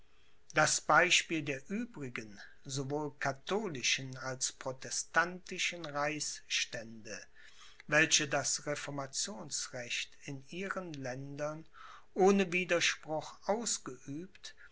das beispiel der übrigen sowohl katholischen als protestantischen reichsstände welche das reformationsrecht in ihren ländern ohne widerspruch ausgeübt